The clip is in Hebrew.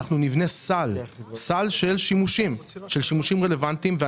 נבנה סל של שימושים רלוונטיים.